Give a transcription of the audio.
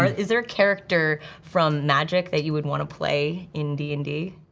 ah is there a character from magic that you would wanna play in d and d?